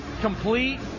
complete